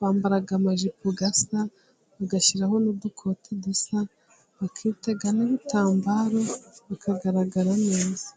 bambara amajipo asa bagashyiraho n'udukote dusa, bakitega n'ibitambaro bakagaragara neza.